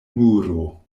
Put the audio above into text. muro